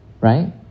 right